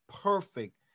perfect